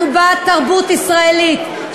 אנחנו בעד תרבות ישראלית,